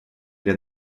для